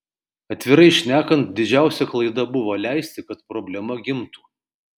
atvirai šnekant didžiausia klaida buvo leisti kad problema gimtų